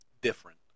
different